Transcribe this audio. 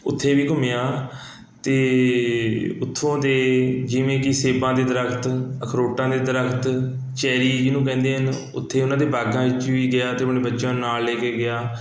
ਉੱਥੇ ਵੀ ਘੁੰਮਿਆਂ ਅਤੇ ਉੱਥੋਂ ਦੇ ਜਿਵੇਂ ਕਿ ਸੇਬਾਂ ਦੇ ਦਰੱਖਤ ਅਖਰੋਟਾਂ ਦੇ ਦਰੱਖਤ ਚੈਰੀ ਜਿਹਨੂੰ ਕਹਿੰਦੇ ਹਨ ਉੱਥੇ ਉਹਨਾਂ ਦੇ ਬਾਗਾਂ ਵਿੱਚ ਵੀ ਗਿਆ ਅਤੇ ਆਪਣੇ ਬੱਚਿਆਂ ਨੂੰ ਨਾਲ ਲੈ ਕੇ ਗਿਆ